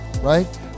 right